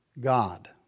God